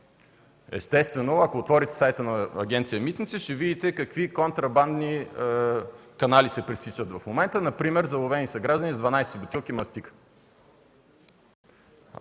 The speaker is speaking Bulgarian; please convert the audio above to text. Естествено, ако отворите сайта на Агенция „Митници”, ще видите какви контрабандни канали се пресичат в момента. Например, заловени са граждани с 12 бутилки мастика.